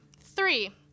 Three